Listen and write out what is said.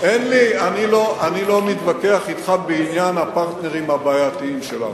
אני לא מתווכח אתך בעניין הפרטנרים הבעייתיים שלנו.